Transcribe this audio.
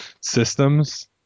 systems